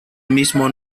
mismo